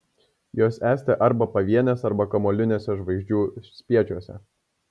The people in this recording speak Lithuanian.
jos esti arba pavienės arba kamuoliniuose žvaigždžių spiečiuose